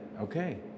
Okay